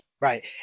Right